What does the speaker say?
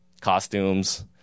costumes